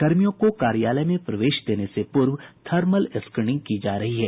कर्मियों को कार्यालय में प्रवेश देने से पूर्व थर्मल स्क्रीनिंग की जा रही है